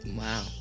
wow